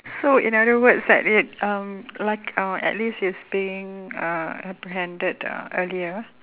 so in other words like they um luck~ at least it's being uh apprehended uh earlier